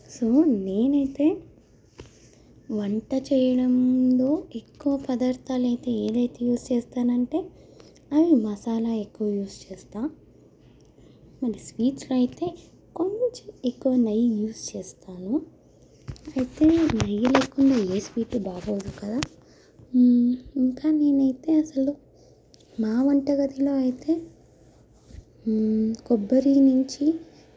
so నేనైతే వంట చేయడంలో ఎక్కువ పదార్థాలు అయితే ఏదైతే యూస్ చేస్తాను అంటే అవి మసాలా ఎక్కువ యూస్ చేస్తా మళ్ళీ స్వీట్స్లో అయితే కొంచెం ఎక్కువ నెయ్యి యూస్ చేస్తాను ఎప్పుడూ నెయ్యి లేకుండా ఏ స్వీటు బాగోదు కదా ఇంకా నేనైతే అసలు మా వంట గదిలో అయితే కొబ్బరి నుంచి